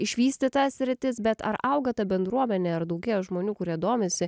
išvystyta sritis bet ar auga ta bendruomenė ar daugėja žmonių kurie domisi